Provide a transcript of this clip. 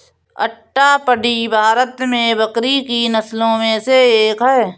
अट्टापडी भारत में बकरी की नस्लों में से एक है